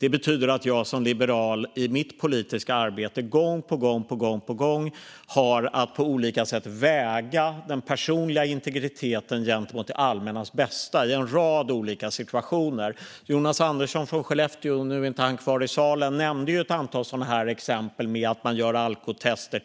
Det betyder att jag som liberal i mitt politiska arbete gång på gång och på olika sätt har att väga den personliga integriteten gentemot det allmännas bästa i en rad olika situationer. Jonas Andersson i Skellefteå är inte kvar i salen, men han nämnde ett antal exempel, såsom att man gör alkotester.